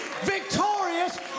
Victorious